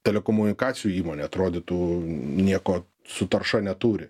telekomunikacijų įmonė atrodytų nieko su tarša neturi